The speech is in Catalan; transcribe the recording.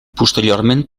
posteriorment